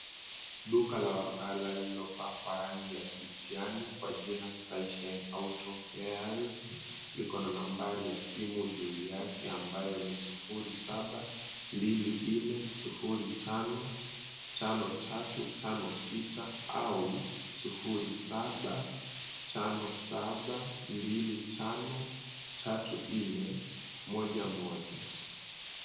Duka la wakala lililopakwa rangi ya kijani kwa jina "SKY SHINE AUTO" spares , liko na nambari ya simu juu yake ambayo ni 0724055356 au 0757253411.